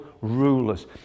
rulers